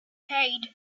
paid